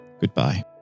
goodbye